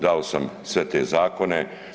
Dao sam sve te zakone.